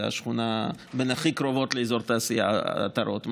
זאת שכונה מהשכונות מהכי קרובות לאזור התעשייה עטרות,